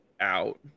out